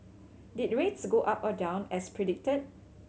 did rates go up or down as predicted